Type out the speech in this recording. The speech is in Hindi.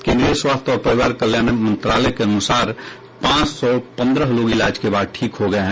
केन्द्रीय स्वास्थ्य और परिवार कल्याण मंत्रालय के अनुसार पांच सौ पंद्रह लोग इलाज के बाद ठीक हो गये हैं